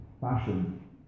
fashion